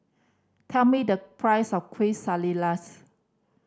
tell me the price of Quesadillas